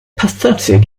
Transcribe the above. pathetic